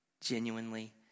genuinely